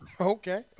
Okay